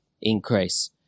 increase